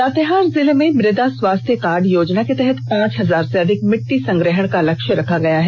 लातेहार जिले में मृदा स्वास्थ्य कार्ड योजना के तहत पांच हजार से अधिक मिट्टी संग्रहण का लक्ष्य रखा गया है